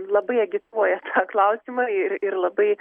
labai agituoja klausimą ir ir labai